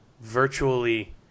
virtually